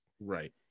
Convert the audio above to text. right